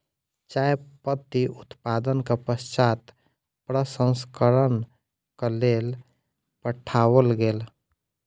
चाय पत्ती उत्पादनक पश्चात प्रसंस्करणक लेल पठाओल गेल